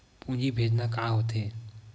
पूंजी भेजना का होथे?